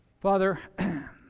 Father